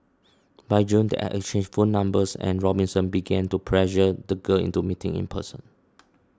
by June they had exchanged phone numbers and Robinson began to pressure the girl into meeting in person